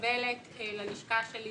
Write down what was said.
מקבלת אל הלשכה שלי